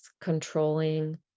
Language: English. controlling